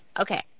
Okay